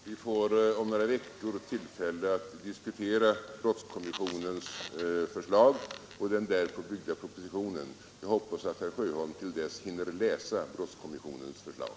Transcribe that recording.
Fru talman! Vi får om några veckor tillfälle att diskutera brottskommissionens förslag och den därpå byggda propositionen. Jag hoppas att herr Sjöholm till dess hinner läsa brottskommissionens förslag.